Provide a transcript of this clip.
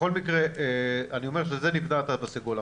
בכל מקרה אני אומר: בשביל זה נבנה התו הסגול.